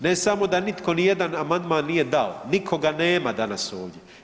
Ne samo da nitko nijedan amandman nije dao, nikoga nema danas ovdje.